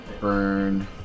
burn